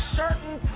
certain